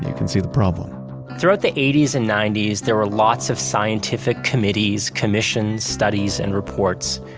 and can see the problem throughout the eighty s and ninety s, there were lots of scientific committees, commissions, studies and reports.